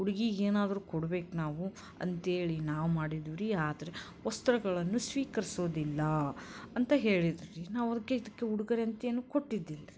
ಹುಡ್ಗಿಗೇನಾದರೂ ಕೊಡ್ಬೇಕು ನಾವು ಅಂತೇಳಿ ನಾವು ಮಾಡಿದ್ವಿ ರೀ ಆದರೆ ವಸ್ತ್ರಗಳನ್ನು ಸ್ವೀಕರಿಸೋದಿಲ್ಲ ಅಂತ ಹೇಳಿದರು ರೀ ನಾವು ಅದಕ್ಕೆ ಇದಕ್ಕೆ ಉಡುಗೊರೆ ಅಂತೇನು ಕೊಟ್ಟಿದ್ದಿಲ್ಲ ರೀ